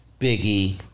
Biggie